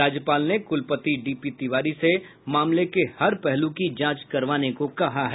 राज्यपाल ने कुलपति डीपी तिवारी से मामले के हर पहलू की जांच करवाने को कहा है